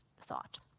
thought